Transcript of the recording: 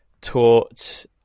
taught